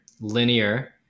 linear